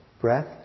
Breath